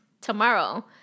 tomorrow